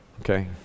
Okay